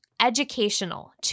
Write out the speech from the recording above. educational